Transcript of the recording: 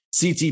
CT